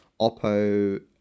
Oppo